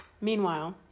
Meanwhile